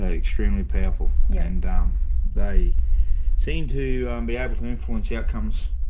ah extremely powerful yeah and um they seem to be able to influence outcomes.